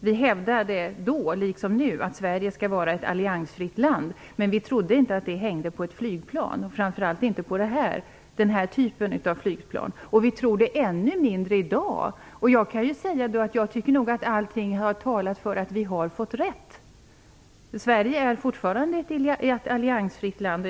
Vi hävdade då liksom nu att Sverige skall vara ett alliansfritt land, men vi trodde inte att det hängde på ett flygplan, och framför allt inte på denna typ av flygplan. Vi tror det ännu mindre i dag. Jag tycker nog att allting talar för att vi har fått rätt. Sverige är fortfarande ett alliansfritt land.